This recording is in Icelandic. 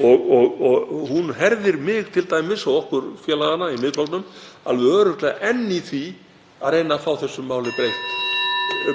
Hún herðir mig t.d. og okkur félagana í Miðflokknum alveg örugglega enn í því að reyna að fá þessu máli breytt,